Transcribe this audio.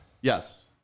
Yes